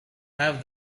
have